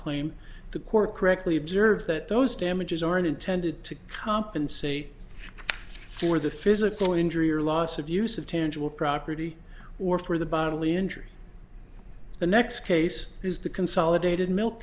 claim the court correctly observed that those damages aren't intended to compensate for the physical injury or loss of use of tangible property or for the bottomley injury the next case is the consolidated milk